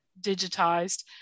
digitized